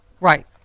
Right